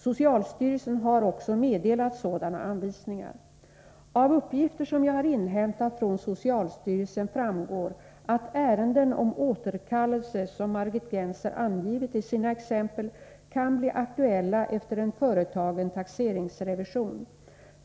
Socialstyrelsen har också meddelat sådana anvisningar. Av uppgifter som jag har inhämtat från socialstyrelsen framgår att ärenden om återkallelse, som Margit Gennser angivit i sina exempel, kan bli aktuella efter en företagen taxeringsrevision.